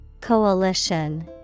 Coalition